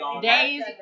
Days